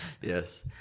Yes